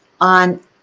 on